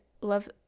love